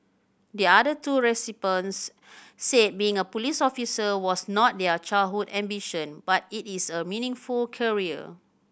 the other two recipients said being a police officer was not their childhood ambition but it is a meaningful career